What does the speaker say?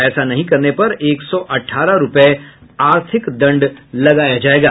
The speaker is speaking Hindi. ऐसा नहीं करने पर एक सौ अठारह रूपये आर्थिक दंड लगाया जायेगा